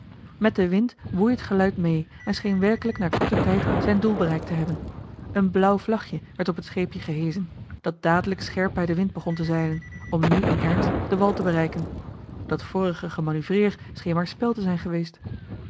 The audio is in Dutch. met den wind woei t geluid mee en scheen werkelijk na korten tijd zijn doel bereikt te hebben een blauw vlagje werd op het scheepje geheschen dat dadelijk scherp bij den wind begon te zeilen om nu in ernst den wal te bereiken dat vorige gemanoeuvreer scheen maar spel te zijn geweest